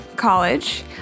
college